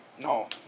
No